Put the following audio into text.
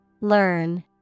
Learn